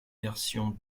version